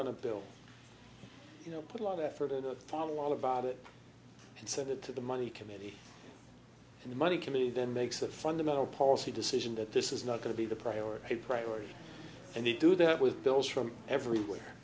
on a bill you know put a lot of effort into the fall about it and send it to the money committee and the money committee then makes a fundamental policy decision that this is not going to be the priority a priority and you do that with bills from everywhere